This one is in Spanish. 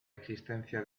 existencia